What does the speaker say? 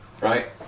right